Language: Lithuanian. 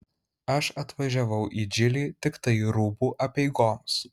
aš atvažiavau į džilį tiktai rūbų apeigoms